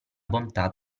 bontà